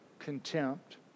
contempt